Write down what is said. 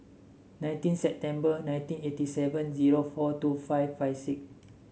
nineteen September nineteen eighty seven zero four two five five six